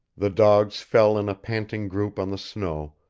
the dogs fell in a panting group on the snow,